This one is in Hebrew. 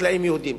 חקלאים יהודים,